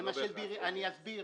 אני אסביר.